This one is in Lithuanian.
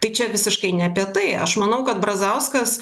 tai čia visiškai ne apie tai aš manau kad brazauskas